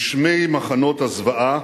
בשמי מחנות הזוועה,